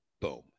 Boom